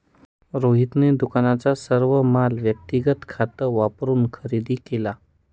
रोहितने दुकानाचा सर्व माल व्यक्तिगत खात वापरून खरेदी केला